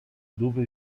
dove